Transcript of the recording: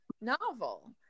novel